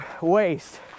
waste